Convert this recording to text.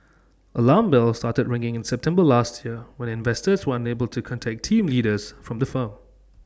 alarm bells started ringing in September last year when investors were unable to contact team leaders from the firm